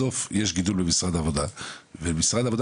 בסוף יש גידול במשרד העבודה ומשרד העבודה